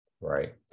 Right